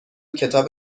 کتاب